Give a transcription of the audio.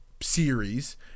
series